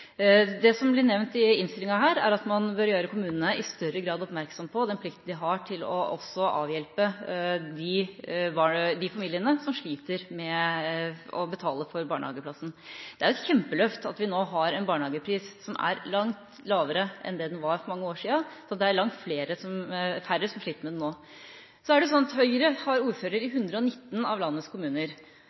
Det som blir nevnt i innstillingen, er at man i større grad bør gjøre kommunene oppmerksom på den plikten de har til også å avhjelpe de familiene som sliter med å betale for barnehageplassen. Det er et kjempeløft at vi nå har en barnehagepris som er langt lavere enn det den var for mange år siden, så det er langt færre som sliter med den nå. Så er det sånn at Høyre har ordføreren i 119 av landets kommuner.